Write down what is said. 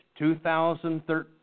2013